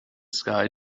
sky